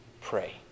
pray